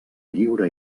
lliure